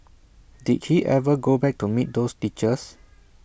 did he ever go back to meet those teachers